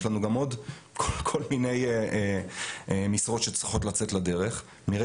יש לנו גם עוד כל מיני משרות שצריכות לצאת לדרך.